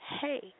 hey